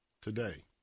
today